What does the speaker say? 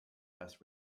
west